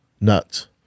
nuts